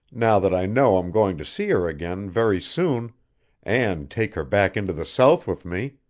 now that i know i'm going to see her again very soon and take her back into the south with me?